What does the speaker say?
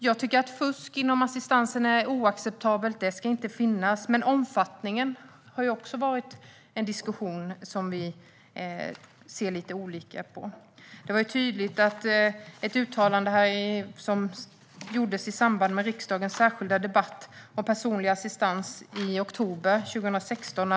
Jag tycker att fusk inom assistansen är oacceptabelt - det ska inte finnas - men omfattningen har också varit en diskussion som vi ser lite olika på. Detta blev tydligt i ett uttalande som gjordes i samband med riksdagens särskilda debatt om personlig assistans i oktober 2016.